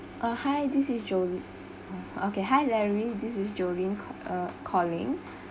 uh hi this is jo~ uh okay hi larry this is jolene uh calling